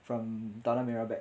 from tanah merah back